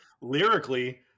lyrically